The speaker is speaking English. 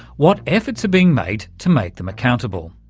what efforts are being made to make them accountable?